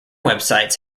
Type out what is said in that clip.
websites